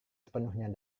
sepenuhnya